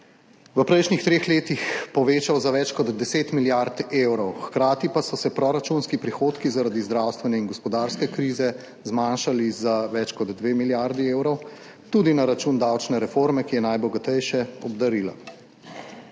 v prejšnjih treh letih povečal za več kot 10 milijard evrov, hkrati pa so se proračunski prihodki, zaradi zdravstvene in gospodarske krize zmanjšali za več kot 2 milijardi evrov, tudi na račun davčne reforme, ki je najbogatejše obdarila.